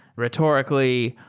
rhetorica lly.